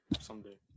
Someday